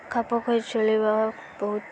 ଖାପ ଖୁଆଇ ଚଳିବା ବହୁତ